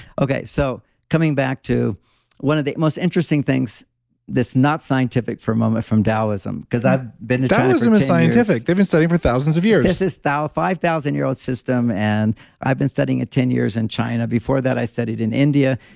okay, so coming back to one of the most interesting things that's not scientific for a moment from taoism because i've been taoism is scientific. they've been studied for thousands of years. this is our five thousand year old system and i've been studying it ten years in china. before that, i studied in india,